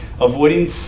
avoiding